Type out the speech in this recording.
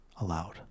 allowed